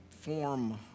form